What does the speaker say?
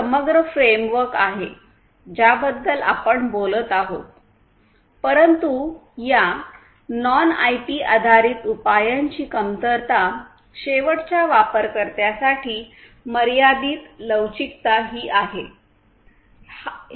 ही समग्र फ्रेमवर्क आहे ज्याबद्दल आपण बोलत आहोत परंतु या नॉन आयपी आधारित उपायांची कमतरता शेवटच्या वापरकर्त्यांसाठी मर्यादित लवचिकता ही आहे